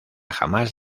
jamás